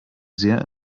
sehr